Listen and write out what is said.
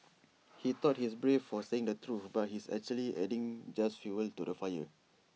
he thought he's brave for saying the truth but he's actually just adding just fuel to the fire